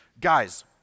Guys